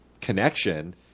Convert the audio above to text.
connection